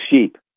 sheep